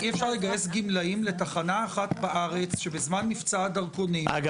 אי אפשר לגייס גמלאים לתחנה אחת בארץ שבזמן מבצע הדרכונים- -- רק